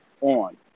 on